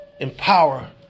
empower